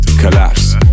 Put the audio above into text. Collapse